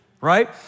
right